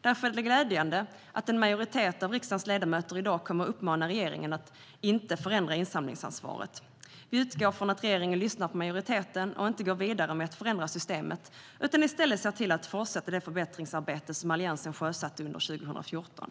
Därför är det glädjande att en majoritet av riksdagens ledamöter i dag kommer att uppmana regeringen att inte förändra insamlingsansvaret. Vi utgår från att regeringen lyssnar på majoriteten och inte går vidare med att förändra systemet utan i stället ser till att fortsätta det förbättringsarbete som Alliansen sjösatte under 2014.